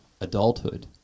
adulthood